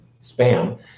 spam